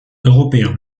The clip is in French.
européens